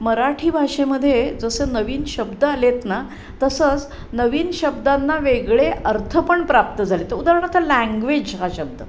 मराठी भाषेमध्ये जसं नवीन शब्द आलेत ना तसंच नवीन शब्दांना वेगळे अर्थ पण प्राप्त झाले आहेत उदाहरणार्थ लँग्वेज हा शब्द